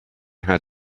had